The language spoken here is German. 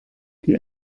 die